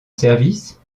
service